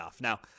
Now